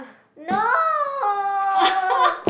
no